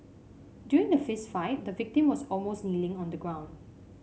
during the fist fight the victim was almost kneeling on the ground